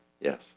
yes